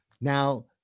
Now